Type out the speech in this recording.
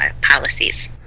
policies